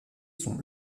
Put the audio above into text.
sont